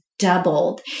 doubled